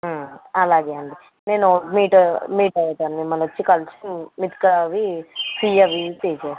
అలాగే అండి నేను మీట్ మీట్ అవుతాను మిమ్మల్ని వచ్చి కలిసి మీటయ్యి ఫిల్ చేస్తా